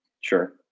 Sure